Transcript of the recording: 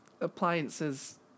appliances